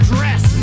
Dress